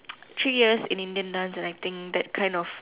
three years in Indian dance and I think that kind of